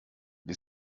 wir